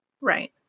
right